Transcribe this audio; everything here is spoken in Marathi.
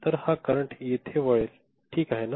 तर हा करंट येथे वळेल ठीक आहे ना